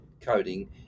coding